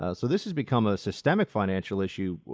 ah so this has become a systemic financial issue.